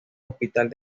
hospital